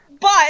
But-